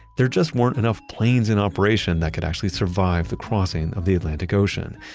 there just weren't enough planes in operation that could actually survive the crossing of the atlantic ocean.